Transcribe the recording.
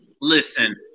Listen